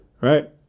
right